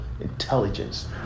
intelligence